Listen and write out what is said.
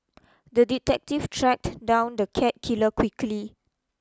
the detective tracked down the cat killer quickly